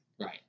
Right